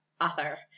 author